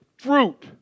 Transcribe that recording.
Fruit